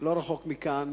לא רחוק מכאן,